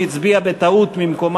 31 בעד, 46 מתנגדים, אין נמנעים.